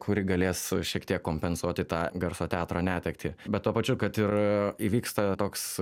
kuri galės šiek tiek kompensuoti tą garso teatro netektį bet tuo pačiu kad ir įvyksta toks